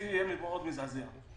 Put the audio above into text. זה יהיה מזעזע מאוד.